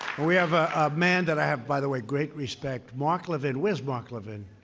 we have a man that i have, by the way, great respect mark levin. where is mark levin?